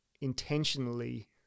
intentionally